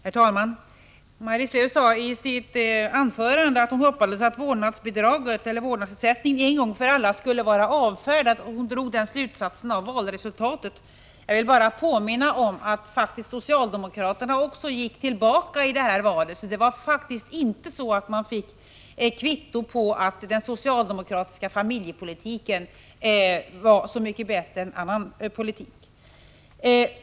Herr talman! Maj-Lis Lööw sade i sitt anförande att hon hoppades att vårdnadsersättningen en gång för alla skulle vara avfärdad, och hon drog den slutsatsen av valresultatet. Jag vill bara påminna om att socialdemokraterna också gick tillbaka i valet, så man kan inte säga att socialdemokraterna fick något kvitto på att deras familjepolitik är bättre än andra partiers.